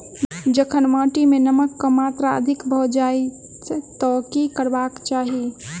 जखन माटि मे नमक कऽ मात्रा अधिक भऽ जाय तऽ की करबाक चाहि?